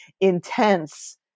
intense